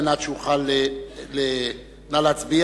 תודה.